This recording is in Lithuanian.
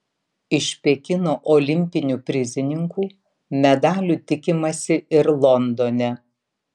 iš pekino olimpinių prizininkų medalių tikimasi ir londone